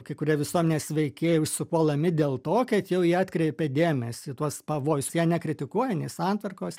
kai kurie visuomenės veikėjai užsipuolami dėl to kad jau jie atkreipė dėmesį į tuos pavojus jie nekritikuoja nei santvarkos